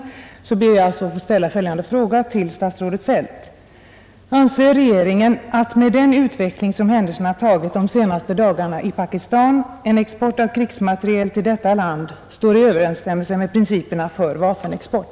Med hänvisning till vad jag här har anfört ber jag få ställa följande fråga till herr handelsministern: Anser regeringen att med den utveckling som händelserna tagit de senaste dagarna i Pakistan en export av krigsmateriel till detta land står i överensstämmelse med principerna för vapenexport?